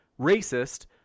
racist